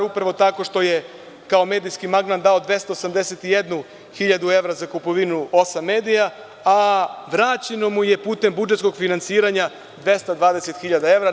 Upravo tako što je kao medijski magnat dao 281.000 evra za kupovinu osam medija, a vraćeno mu je putem budžetskog finansiranja 220.000 evra.